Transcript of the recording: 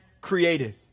created